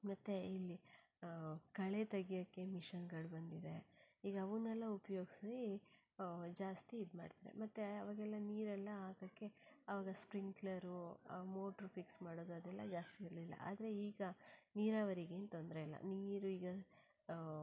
ಮತ್ತು ಇಲ್ಲಿ ಕಳೆ ತೆಗೆಯೋಕ್ಕೆ ಮಿಷನ್ಗಳು ಬಂದಿವೆ ಈಗ ಅವನ್ನೆಲ್ಲ ಉಪಯೋಗ್ಸಿ ಜಾಸ್ತಿ ಇದು ಮಾಡ್ತಾರೆ ಮತ್ತು ಅವಾಗೆಲ್ಲ ನೀರೆಲ್ಲ ಹಾಕೋಕ್ಕೆ ಅವಾಗ ಸ್ಪ್ರಿಂಕ್ಲರು ಆ ಮೋಟ್ರು ಫಿಕ್ಸ್ ಮಾಡದು ಅದೆಲ್ಲ ಜಾಸ್ತಿ ಇರಲಿಲ್ಲ ಆದರೆ ಈಗ ನೀರಾವರಿಗೆ ಏನೂ ತೊಂದರೆಯಿಲ್ಲ ನೀರು ಈಗ